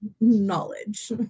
knowledge